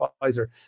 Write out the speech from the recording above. advisor